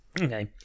Okay